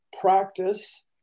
practice